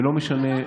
ולא משנה,